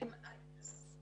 דיני המכרזים